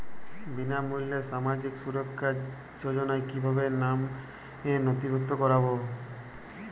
বিনামূল্যে সামাজিক সুরক্ষা যোজনায় কিভাবে নামে নথিভুক্ত করবো?